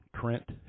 Trent